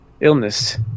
illness